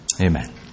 Amen